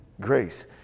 grace